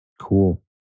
Cool